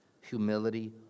Humility